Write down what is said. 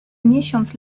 miesiąc